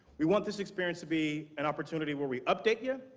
we want this experience to be an opportunity where we update you,